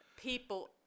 people